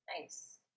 Nice